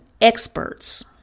experts